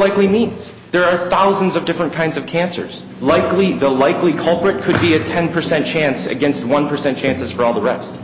likely means there are thousands of different kinds of cancers like we the likely culprit could be a ten percent chance against one percent chances for all the rest